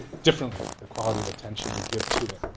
differently. the quality of attention we give to it.